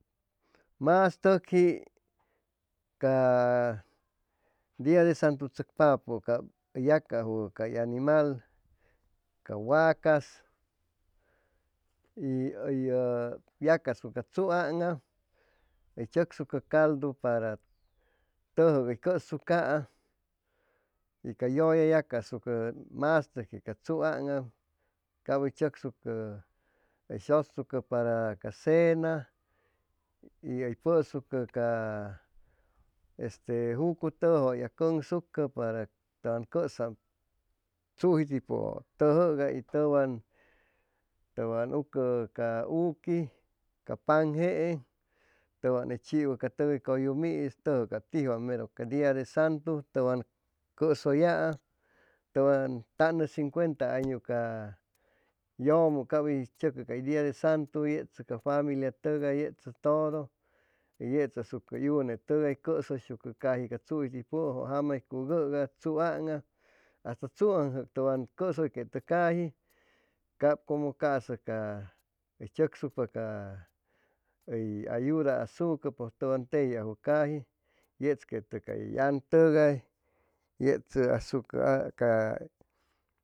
Mastʉcji ca dia de santu tzʉcpapʉ cap hʉy yacajwʉ cay animal ca wacas y hʉyyʉ yacasucʉ ca tzuaŋam hʉy tzʉcsucʉ caldu para tʉjʉg hʉy cʉʉsucaam y ca yʉlla hʉy yacasucʉ mastʉcji ca tzuaŋam cap hʉy tzʉcsucʉ hʉy shʉsucʉ para ca cena y hʉy pʉsucʉ ca este jucutʉjʉ hʉy yacʉnsucʉ para que tʉwan cʉzʉ tzujitipʉjo tʉjʉgay tʉwan ucʉ ca uqui ca pan geeŋ tʉwan hʉy chihua ca tʉk hʉy cʉyumi tʉyjʉc cap tijwʉ merʉ ca dia de santu tʉwan tʉn cʉsʉyaam tʉwan tannʉ cincuenta añu ca yʉmʉ cap hʉy tzʉcʉ cay dia de santu y yechʉ ca familia tʉgay yechʉ todo yechasucʉ hʉy unetʉgay cʉsʉysʉ caji cay tzujiti pʉjʉ jama hʉy cuqhʉga hasta tzuanjʉc tʉwan cʉsʉyquetʉ caji cap como casa cap hʉy tzʉcsucpa ca hʉy ayuda asucʉ pʉj tʉwan tejiajwʉ caji yechquetʉ cay antʉgay yechʉ asucʉ ca